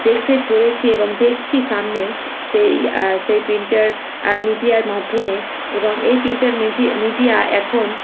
দেখতে চলেছি এবং দেখছি সামনেও সেই সেই প্রিন্টার মিডিয়ার মাধ্যমে এবং এই প্রিন্টার মিডিয়া এখন